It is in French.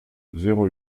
zéro